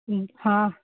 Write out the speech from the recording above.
हाँ